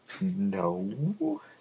No